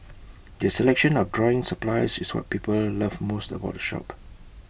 their selection of drawing supplies is what people love most about the shop